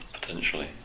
potentially